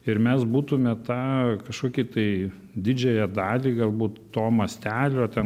ir mes būtume tą kažkokį tai didžiąją dalį galbūt to mastelio ten